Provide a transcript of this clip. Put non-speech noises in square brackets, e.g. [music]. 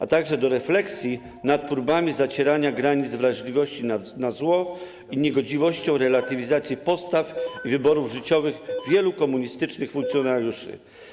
A także do refleksji nad próbami zacierania granic wrażliwości na zło i nad niegodziwością [noise] relatywizacji postaw i wyborów życiowych wielu komunistycznych funkcjonariuszy.